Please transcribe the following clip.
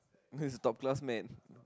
he's a top class man